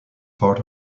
part